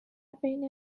بین